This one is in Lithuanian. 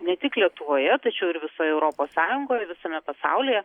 ne tik lietuvoje tačiau ir visoj europos sąjungoje visame pasaulyje